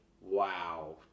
wow